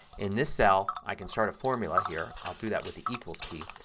in this cell i can start a formula here. i'll do that with the equals key.